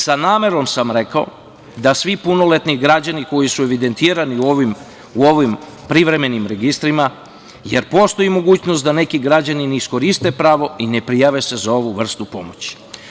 Sa namerom sam rekao da svi punoletni građani koji su evidentirani u ovim privremenim registrima, jer postoji mogućnost da neki građani ne iskoriste pravo i ne prijave se za ovu vrstu pomoći.